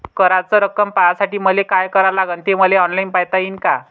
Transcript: कराच रक्कम पाहासाठी मले का करावं लागन, ते मले ऑनलाईन पायता येईन का?